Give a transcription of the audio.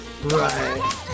Right